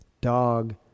dog